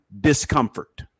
discomfort